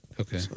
Okay